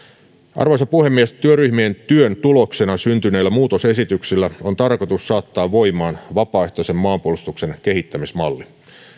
arvoisa puhemies työryhmien työn tuloksena syntyneillä muutosesityksillä on tarkoitus saattaa voimaan vapaaehtoisen maanpuolustuksen kehittämismalli